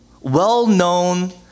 well-known